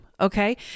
Okay